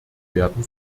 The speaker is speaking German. werden